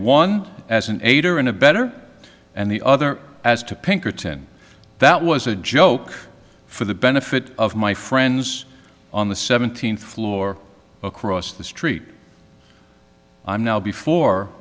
one as an aider and abettor and the other as to pinkerton that was a joke for the benefit of my friends on the seventeenth floor across the street i'm now before